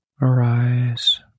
arise